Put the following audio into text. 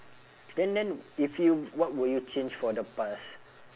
then then if you what would you change for the past